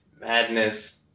Madness